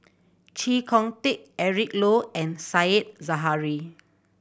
Chee Kong Tet Eric Low and Said Zahari